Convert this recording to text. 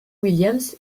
williams